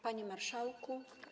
Panie Marszałku!